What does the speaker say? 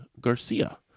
Garcia